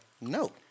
no